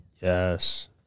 Yes